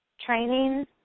training